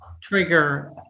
trigger